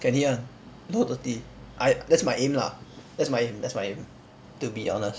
can hit [one] below thirty I that's my aim lah that's my aim that's my aim to be honest